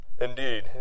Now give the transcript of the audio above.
Indeed